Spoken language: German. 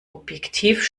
objektiv